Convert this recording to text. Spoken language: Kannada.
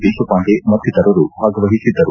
ದೇಶಪಾಂಡೆ ಮತ್ತಿತರರು ಭಾಗವಹಿಸಿದ್ದರು